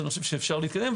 אני חושב שאפשר להתקדם.